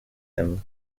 them